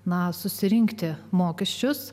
na susirinkti mokesčius